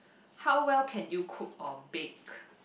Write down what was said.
how well can you cook or bake